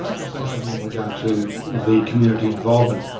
i just say something in regard to the community involvement?